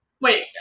Wait